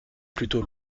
plutôt